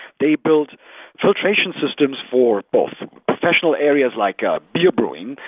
they build filtration systems for both professional areas like ah beer brewing,